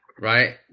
right